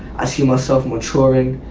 i see myself maturing,